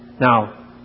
Now